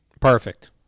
Perfect